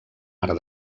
art